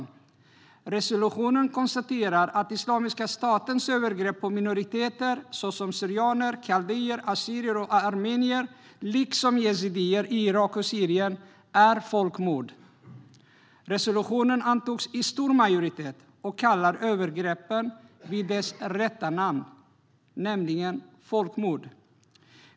I resolutionen konstateras att Islamiska statens övergrepp på minoriteter såsom syrianer, kaldéer, assyrier och armenier liksom yazidier i Irak och Syrien är folkmord. Resolutionen antogs i stor majoritet där man kallar övergreppen vid dess rätta namn, nämligen folkmord.